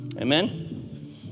amen